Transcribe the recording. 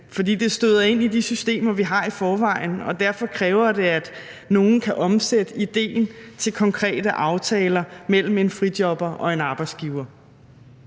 fordi det støder ind i de systemer, vi har i forvejen, og derfor kræver det, at nogle kan omsætte idéen til konkrete aftaler mellem en frijobber og en arbejdsgiver.